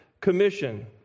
commission